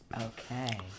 Okay